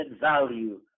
value